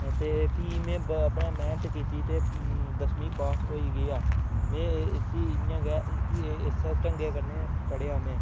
ते फ्ही में अपनी मेह्नत कीती ते दसमीं पास होई गेआ में इसी इयां गै इस्सै ढंगै कन्नै पढ़ेआ में